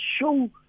show